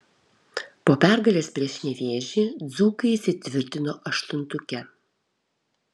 po pergalės prieš nevėžį dzūkai įsitvirtino aštuntuke